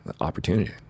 opportunity